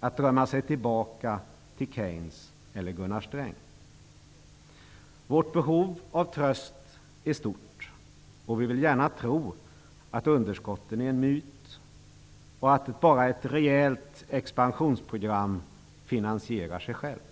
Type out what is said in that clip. att drömma sig tillbaka till Keynes och Gunnar Sträng. Vårt behov av tröst är stort, och vi vill gärna tro att underskotten är en myt och att bara ett rejält expansionsprogram finansierar sig självt.